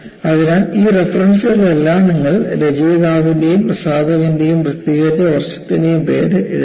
അതിനാൽ ഈ റഫറൻസുകളിലെല്ലാം നിങ്ങൾ രചയിതാവിന്റെയും പ്രസാധകന്റെയും പ്രസിദ്ധീകരിച്ച വർഷത്തിന്റെയും പേര് എഴുതുക